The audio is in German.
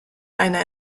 einer